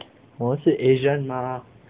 我们是 asian mah